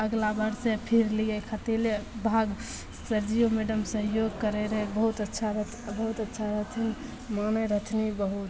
अगला बार से फिर लिए अकेले भाग सरजीओ मैडम सहयोग करै रहै बहुत अच्छा रह बहुत अच्छा रहथिन मानै रहथिन बहुत